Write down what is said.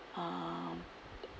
uh